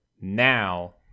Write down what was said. Now